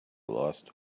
lost